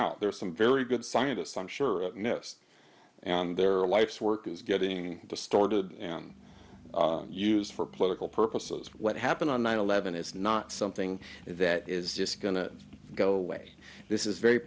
out there are some very good scientists i'm sure yes and their life's work is getting distorted and used for political purposes what happened on nine eleven is not something that is just going to go away this is very